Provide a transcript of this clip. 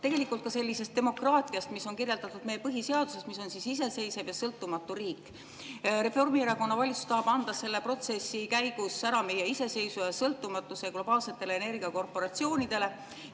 tegelikult ka sellisest demokraatiast, mis on kirjeldatud meie põhiseaduses, mis on iseseisev ja sõltumatu riik. Reformierakonna valitsus tahab anda selle protsessi käigus ära meie iseseisvuse ja sõltumatuse globaalsetele energiakorporatsioonidele,